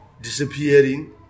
disappearing